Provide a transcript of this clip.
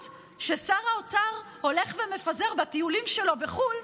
שר האוצר הולך ומפזר את כל האמירות ההזויות בטיולים שלו בחו"ל,